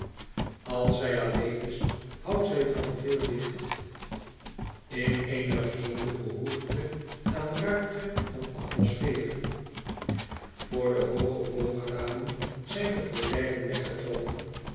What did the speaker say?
als zij alleen is houdt ze van veel licht in eene gezonde behoefte aan ruimte van atmosfeer voor de hooge boogramen zijn de gordijnen weggetrokken